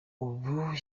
ubu